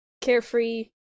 carefree